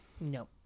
no